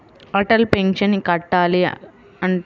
Atal pension కట్టాలి అంటే ఎంత వయసు వాళ్ళు కట్టాలి?